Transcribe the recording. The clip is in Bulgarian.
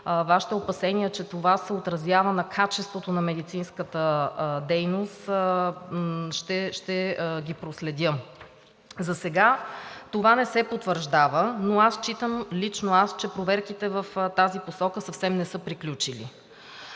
Вашите опасения, че това се отразява на качеството на медицинската дейност, ще ги проследя. Засега това не се потвърждава, но аз лично считам, че проверките в тази посока съвсем не са приключили.